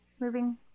moving